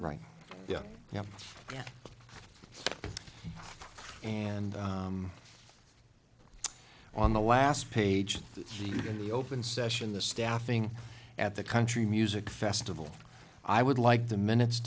right yeah yeah yeah and on the last page the open session the staffing at the country music festival i would like the minutes